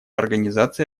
организации